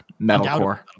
Metalcore